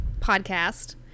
podcast